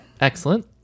excellent